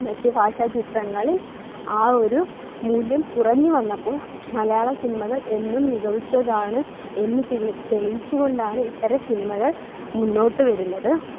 മറ്റ് ഭാഷ ചിത്രങ്ങളിൽ ആ ഒരു മൂല്യം കുറഞ്ഞു വന്നപ്പോൾ മലയാള സിനിമകൾ എന്നും മികവുറ്റതാണ് എന്ന് തിളി തെളിയിച്ചുകൊണ്ടാണ് ഇത്തരം സിനിമകൾ മുന്നോട്ട് വരുന്നത്